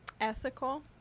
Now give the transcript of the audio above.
ethical